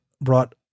brought